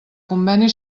conveni